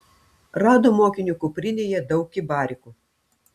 rado mokinio kuprinėje daug kibarikų